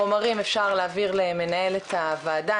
חומרים אפשר להעביר למנהלת הוועדה,